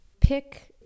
Pick